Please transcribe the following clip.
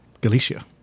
Galicia